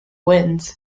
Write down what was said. wins